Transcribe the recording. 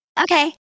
Okay